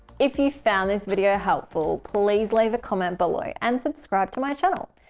if you found this video helpful, please leave a comment below and subscribe to my channel.